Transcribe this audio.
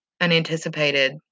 unanticipated